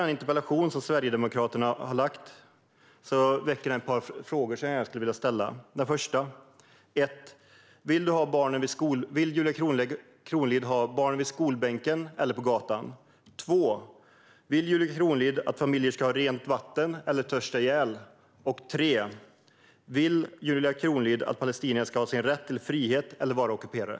Den interpellation som Sverigedemokraterna har ställt väcker några frågor som jag gärna skulle vilja ställa: Vill Julia Kronlid ha barnen i skolbänken eller på gatan? Vill Julia Kronlid att familjer ska ha rent vatten eller törsta ihjäl? Vill Julia Kronlid att palestinierna ska ha sin rätt till frihet eller vara ockuperade?